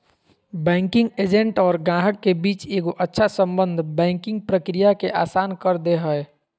banking agent और गाहक के बीच एगो अच्छा सम्बन्ध बैंकिंग प्रक्रिया के आसान कर दे हय